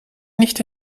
nicht